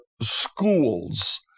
schools